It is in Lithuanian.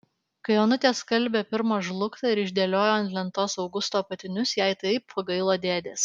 kai onutė skalbė pirmą žlugtą ir išdėliojo ant lentos augusto apatinius jai taip pagailo dėdės